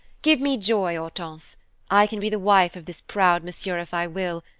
give me joy, hortense i can be the wife of this proud monsieur, if i will.